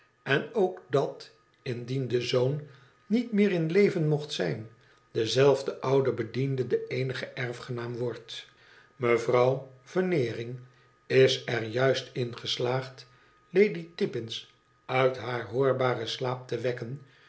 en ook dat indien de zoon niet meer in leven mocht zijn dezelfde oude bediende de eenige erfgenaaam wordt mevrouw veneering is er juist in geslaagd lady tippins uit haar hoorbaren slaap te wekken